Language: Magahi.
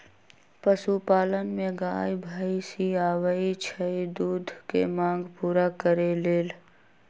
पशुपालन में गाय भइसी आबइ छइ दूध के मांग पुरा करे लेल